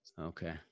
Okay